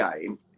game